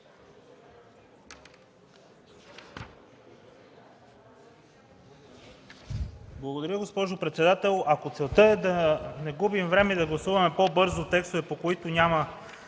Благодаря, госпожо председател. Ако целта е да не губим време и да гласуваме по-бързо текстове, по които няма